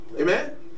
Amen